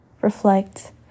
reflect